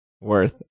Worth